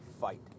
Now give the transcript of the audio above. fight